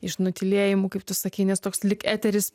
iš nutylėjimų kaip tu sakei nes toks lyg eteris